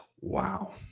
wow